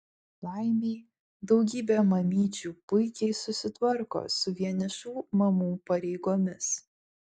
laimei daugybė mamyčių puikiai susitvarko su vienišų mamų pareigomis